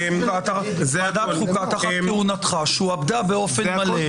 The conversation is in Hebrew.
ועדת חוקה תחת כהונתך שועבדה באופן מלא